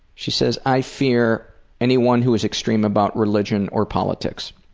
she says i fear anyone who's extreme about religion or politics.